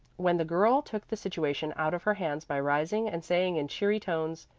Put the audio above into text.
when the girl took the situation out of her hands by rising and saying in cheery tones,